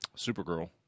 Supergirl